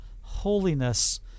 holiness